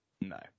No